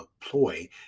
ploy